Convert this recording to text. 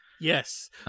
Yes